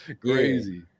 crazy